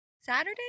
Saturday